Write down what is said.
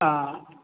ह